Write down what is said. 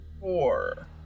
four